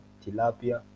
tilapia